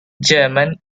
german